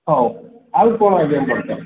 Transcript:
ହଉ ଆଉ କ'ଣ ଆଜ୍ଞା ଦରକାର